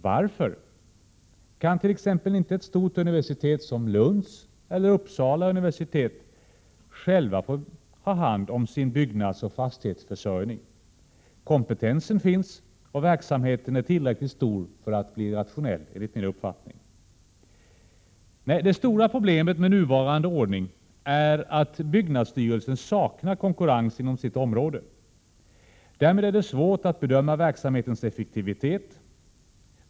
Varför kan t.ex. inte stora universitet som Lunds universitet eller Uppsala universitet själva få ha hand om sin byggnadsoch fastighetsförsörjning? Kompetensen finns och verksamheten är tillräckligt stor för att bli rationell enligt min uppfattning. Nej, det stora problemet med nuvarande ordning är att byggnadsstyrelsen saknar konkurrens inom sitt område. Därmed är det svårt att bedöma verksamhetens effektivitet.